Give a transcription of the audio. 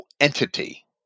entity